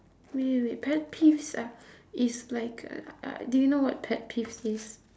wait wait wait pet peeves um is like uh do you know what pet peeves is